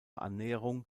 annäherung